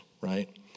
right